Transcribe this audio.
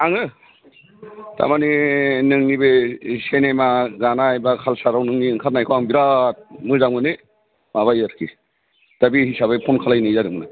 आङो थारमाने नोंनि बे सेनेमा गानाय बा कालचारआव नोंनि ओंखारनायखौ आं बिराद मोजां मोनो माबायो आरोखि दा बे हिसाबै फन खालामनाय जादोंमोन आं